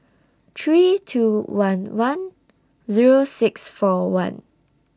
three two one one Zero six four one